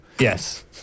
Yes